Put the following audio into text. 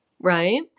right